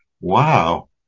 Wow